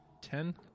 ten